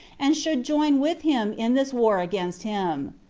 and should join with him in this war against him.